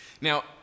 Now